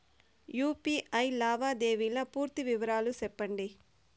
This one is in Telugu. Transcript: యు.పి.ఐ లావాదేవీల పూర్తి వివరాలు సెప్పండి?